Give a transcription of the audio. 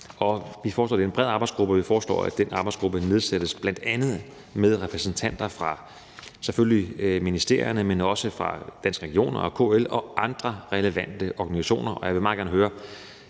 Vi foreslår, at det bliver en bredt sammensat arbejdsgruppe. Vi foreslår, at den arbejdsgruppe bl.a. nedsættes med repræsentanter fra ministerierne, men også fra Danske Regioner og KL og andre relevante organisationer. Jeg vil meget gerne enten